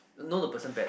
know the person that